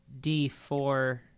D4